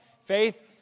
Faith